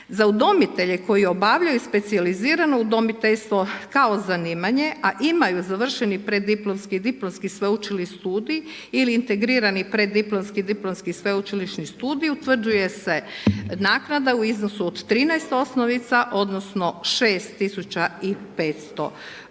Za udomitelje koji obavljaju specijalizirano udomiteljstvo kao zanimanje a imaju završeni preddiplomski i diplomski sveučilišni studij ili integrirani preddiplomski i diplomski sveučilišni studij, utvrđuje se naknada u iznosu od 13 osnovica, odnosno, 6500 kn,